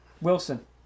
Wilson